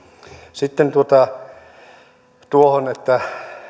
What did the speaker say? sitten tuohon että